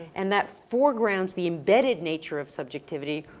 and that foreground's the embedded nature of subjectivity,